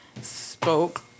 spoke